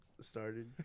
started